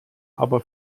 aber